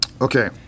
Okay